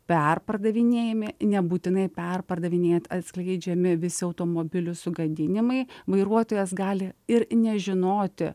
perpardavinėjami nebūtinai perpardavinėjant atskleidžiami visi automobilių sugadinimai vairuotojas gali ir nežinoti